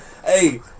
Hey